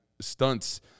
stunts